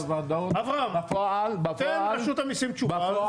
אברהם, תן לרשות המיסים תשובות.